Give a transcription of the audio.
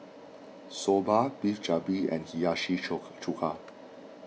Soba Beef Galbi and Hiyashi Chuka